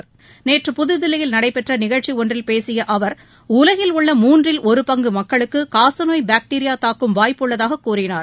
சுகாதாரத் துறை அமைச்சர் நேற்று புதுதில்லியில் நடைபெற்ற நிகழ்ச்சி ஒன்றில் பேசிய அவர் உலகில் உள்ள மூன்றில் ஒரு பங்கு மக்களுக்கு காசநோய் பாக்டீரியா தாக்கும் வாய்ப்புள்ளதாக கூறினார்